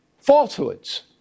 falsehoods